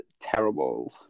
terrible